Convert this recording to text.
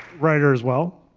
writer as well.